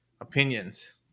opinions